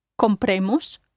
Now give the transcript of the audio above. Compremos